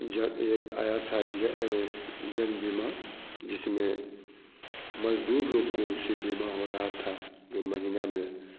एक आया था बीमा जिसमें मजदूर लोग को उससे बीमा हो रहा था जो महीना में